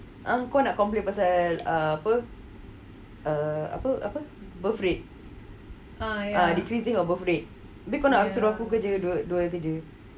ah kau nak complain pasal ah apa apa apa err birth rate uh decreasing of birth rate because kau nak suruh aku kerja dua kerja eh